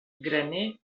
graner